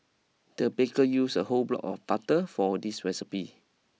the baker used a whole block of butter for this recipe